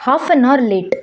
half an hour late